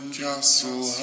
castle